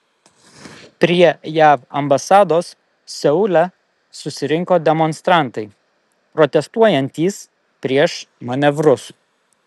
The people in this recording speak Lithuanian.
prie jav ambasados seule susirinko demonstrantai protestuojantys prieš manevrus